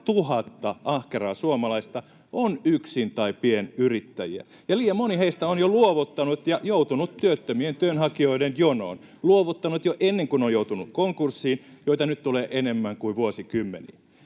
200 000 ahkeraa suomalaista — on yksin- tai pienyrittäjiä, ja liian moni heistä on jo luovuttanut ja joutunut työttömien työnhakijoiden jonoon — luovuttanut jo ennen kuin on joutunut konkurssiin, joita nyt tulee enemmän kuin vuosikymmeniin.